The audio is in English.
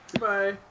Bye